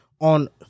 on